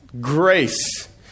grace